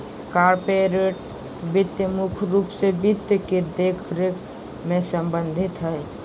corporate वित्त मुख्य रूप से वित्त के देखरेख से सम्बन्धित हय